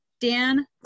Dan